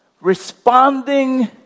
responding